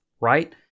right